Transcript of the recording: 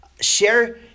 share